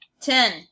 Ten